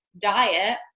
diet